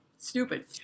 Stupid